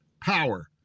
power